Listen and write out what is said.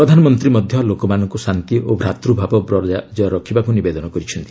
ପ୍ରଧାନମନ୍ତ୍ରୀ ମଧ୍ୟ ଲୋକମାନଙ୍କୁ ଶାନ୍ତି ଓ ଭ୍ରାତୃଭାବ ବଜାୟ ରଖିବାକୁ ନିବେଦନ କରିଛନ୍ତି